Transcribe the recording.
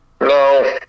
no